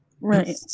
Right